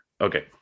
okay